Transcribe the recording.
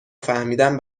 فهمیدم